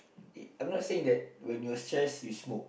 I'm not saying that when you're stress you smoke